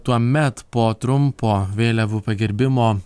tuomet po trumpo vėliavų pagerbimo